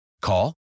call